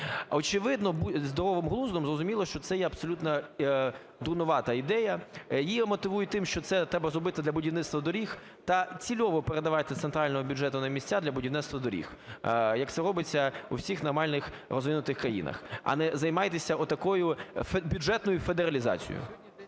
Очевидно, здоровим глуздом зрозуміло, що це є абсолютно дурнувата ідея. Її мотивують тим, що це треба зробити для будівництва доріг та цільово передавати з центрального бюджету на місця для будівництва доріг, як це робиться у всіх нормальних розвинутих країнах, а не займайтеся от такою бюджетною федералізацією.